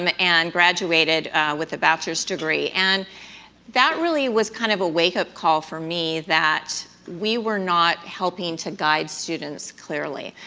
um and graduated with a bachelor's degree and that really was kind of a wake-up call for me that we were not helping to guide students clearly.